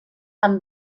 amb